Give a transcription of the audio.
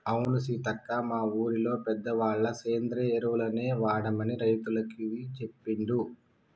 అవును సీతక్క మా ఊరిలో పెద్దవాళ్ళ సేంద్రియ ఎరువులనే వాడమని రైతులందికీ సెప్పిండ్రు